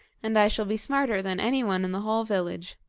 and i shall be smarter than anyone in the whole village.